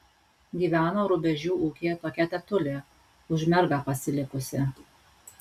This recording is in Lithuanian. gyveno rubežių ūkyje tokia tetulė už mergą pasilikusi